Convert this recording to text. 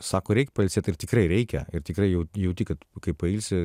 sako reik pailsėt ir tikrai reikia ir tikrai jau jauti kad kai pailsi